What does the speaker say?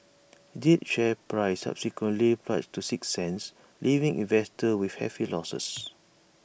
jade's share price subsequently plunged to six cents leaving investors with hefty losses